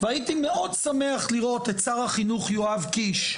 והייתי מאוד שמח לראות את שר החינוך יואב קיש,